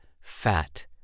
Fat